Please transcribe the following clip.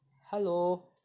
hello